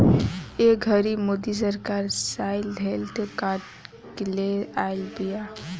ए घड़ी मोदी सरकार साइल हेल्थ कार्ड ले आइल बिया